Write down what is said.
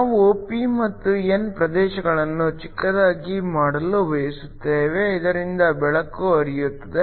ನಾವು p ಮತ್ತು n ಪ್ರದೇಶಗಳನ್ನು ಚಿಕ್ಕದಾಗಿ ಮಾಡಲು ಬಯಸುತ್ತೇವೆ ಇದರಿಂದ ಬೆಳಕು ಹರಿಯುತ್ತದೆ